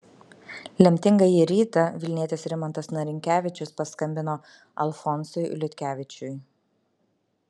lemtingąjį rytą vilnietis rimantas narinkevičius paskambino alfonsui liutkevičiui